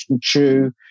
chew